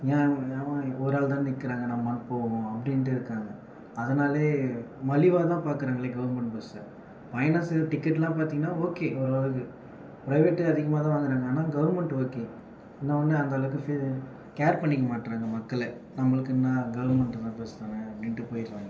ஒரு ஆளு தான நிற்கிறாங்க நம்மபாட்டுக்கு போவோம் அப்படினுட்டு இருக்காங்க அதனாலேயே மலிவாக தான் பார்க்குறாங்களே கவர்மெண்ட் பஸ்ஸை பயணசீட்டு டிக்கெட்லாம் பார்த்தீங்கன்னா ஓகே ஓரளவுக்கு பிரைவேட் அதிகமாக தான் வாங்குறாங்க ஆனால் கவர்மெண்ட் ஓகே ஆனால் ஒன்றுஅந்த அளவுக்கு கேர் பண்ணிக்க மாட்டேங்கிறாங்க மக்களை நம்மளுக்கு என்ன கவர்மெண்ட் பஸ் தான அப்படினுட்டு போயிடுறாங்க